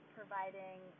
providing